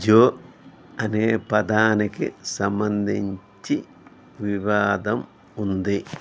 జో అనే పదానికి సంబంధించి వివాదం ఉంది